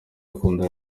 ankunda